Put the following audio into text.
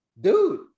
dude